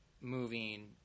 moving